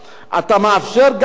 אתה מאפשר, א.